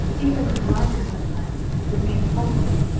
even to write to her, alas! would be impossible,